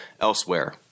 elsewhere